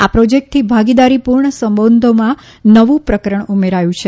આ પ્રોજેક્ટથી ભાગીદારીપૂર્ણ સંબંધોમાં નવું પ્રકરણ ઉમેરાયું છે